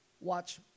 watch